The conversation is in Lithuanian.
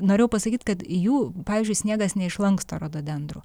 norėjau pasakyt kad jų pavyzdžiui sniegas neišlanksto rododendrų